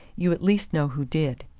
you at least know who did.